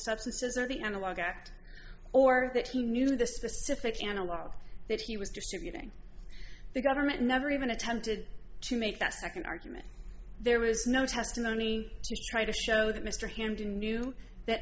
substances or the analogue act or that he knew the specific analog that he was distributing the government never even attempted to make that second argument there was no testimony try to show that mr hamdan knew that